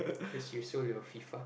cause you sold your FIFA